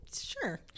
sure